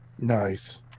Nice